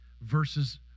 versus